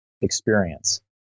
experience